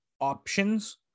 options